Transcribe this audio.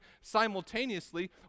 Simultaneously